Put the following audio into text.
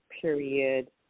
period